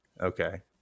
Okay